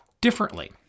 differently